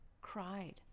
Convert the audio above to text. cried